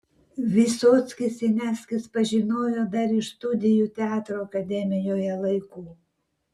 vysockį siniavskis pažinojo dar iš studijų teatro akademijoje laikų